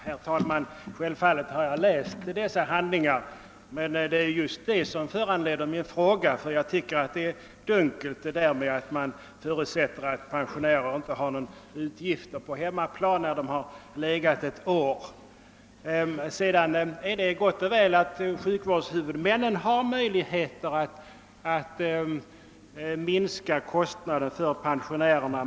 Herr talman! Självfallet har jag läst dessa handlingar men det är just det som föranlett min fråga. Jag tycker det är dunkelt när man förutsätter att pensionärer inte har några utgifter för bostad sedan de har legat sjuka ett år. Det är gott och väl att sjukvårdshuvudmännen har möjlighet att minska kostnaderna för pensionärerna.